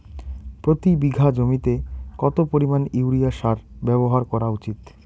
প্রতি বিঘা জমিতে কত পরিমাণ ইউরিয়া সার ব্যবহার করা উচিৎ?